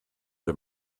dir